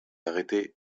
arrêté